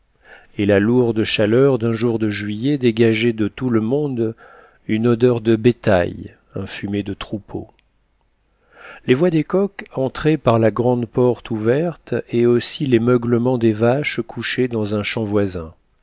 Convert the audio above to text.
et la lourde chaleur d'un jour de juillet dégageait de tout le monde une odeur de bétail un fumet de troupeau les voix des coqs entraient par la grande porte ouverte et aussi les meuglements des vaches couchées dans un champ voisin